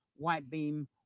whitebeam